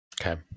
Okay